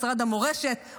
משרד המורשת,